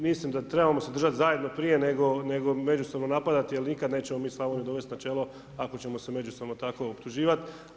Mislim da trebamo se držat zajedno prije nego međusobno napadati, jer nikad nećemo mi Slavoniju dovest na čelo ako ćemo se međusobno tako optuživati.